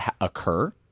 occur